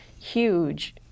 huge